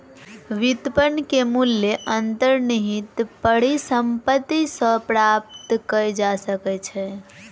व्युत्पन्न के मूल्य अंतर्निहित परिसंपत्ति सॅ प्राप्त कय जा सकै छै